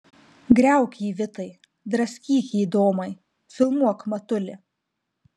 griauk jį vitai draskyk jį domai filmuok matuli